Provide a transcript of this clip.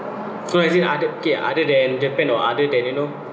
so as in other okay other than japan or other than you know